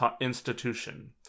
Institution